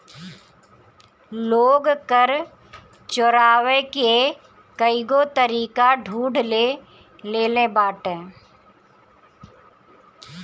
लोग कर चोरावे के कईगो तरीका ढूंढ ले लेले बाटे